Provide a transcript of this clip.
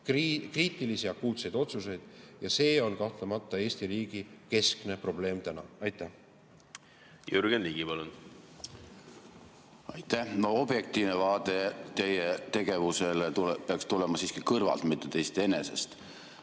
kriitilisi, akuutseid otsuseid ja see on kahtlemata Eesti riigis keskne probleem. Jürgen Ligi, palun! Jürgen Ligi, palun! Aitäh! Objektiivne vaade teie tegevusele peaks tulema siiski kõrvalt, mitte teist enesest.